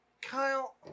Kyle